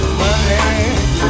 money